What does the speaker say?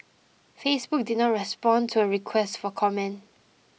Facebook did not respond to a request for comment